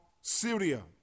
Syria